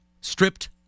stripped